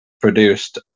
produced